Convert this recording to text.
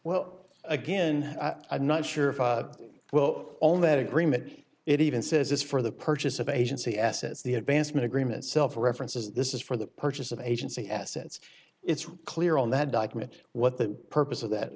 well again i'm not sure if well all that agreement it even says is for the purchase of agency assets the advancement agreement self references this is for the purchase of agency assets it's clear on that document what the purpose of that